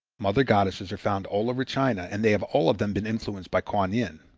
mother-goddesses are found all over china and they have all of them been influenced by kuan yin.